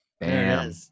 Bam